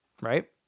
Right